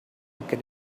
could